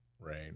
rain